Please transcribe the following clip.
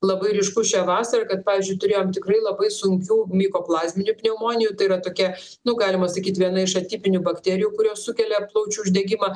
labai ryškus šią vasarą kad pavyzdžiui turėjom tikrai labai sunkių mikoplazminių pneumonijų tai yra tokia nu galima sakyti viena iš atipinių bakterijų kurios sukelia plaučių uždegimą